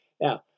Now